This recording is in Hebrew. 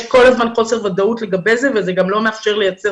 יש כל הזמן חוסר ודאות לגבי זה וזה גם לא מאפשר לייצר